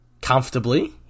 comfortably